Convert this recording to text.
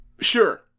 Sure